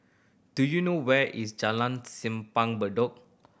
do you know where is Jalan Simpang Bedok